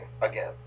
again